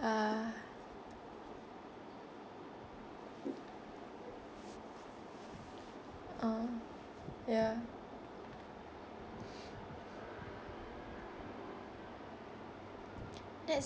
ah uh ya that's